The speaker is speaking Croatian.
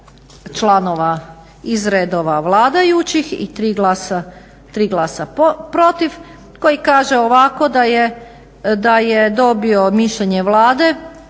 članova iz redova vladajućih i tri glasa protiv koji kaže ovako da je dobio mišljenje Vlade